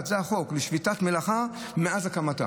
לשביתה, זה החוק, שביתת מלאכה מאז הקמתה.